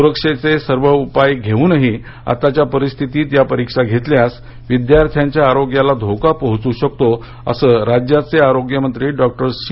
सुरक्षेचे सर्व उपाय घेऊनही आताच्या परिस्थितीत या परीक्षा घेतल्यास विद्यार्थ्यांच्या आरोग्याला धोका पोहचू शकतो असं राज्याचे आरोग्य मंत्री डॉक्टर सी